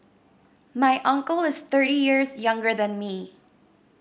my uncle is thirty years younger than me